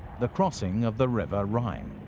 the crossing of the river rhine.